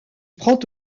prend